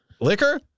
Liquor